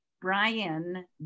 Brian